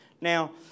now